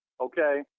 Okay